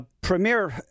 Premier